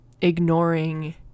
ignoring